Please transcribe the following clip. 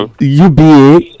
uba